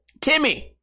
timmy